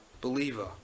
believer